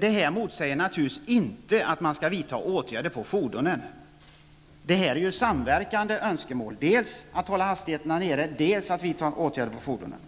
Detta motsäger naturligtvis inte att man skall vidta åtgärder på fordonen. Det gäller samverkande önskemål, dels att hålla hastigheterna nere, dels att vidta åtgärder på fordonen.